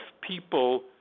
people